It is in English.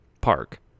park